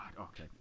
okay